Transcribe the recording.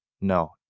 no